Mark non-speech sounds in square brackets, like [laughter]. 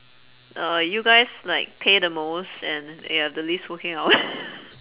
uh you guys like pay the most and you have the least working hours [laughs]